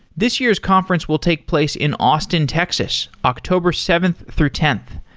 this year's conference will take place in austin, texas, october seventh through tenth,